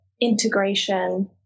integration